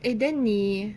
eh then 你